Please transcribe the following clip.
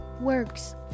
works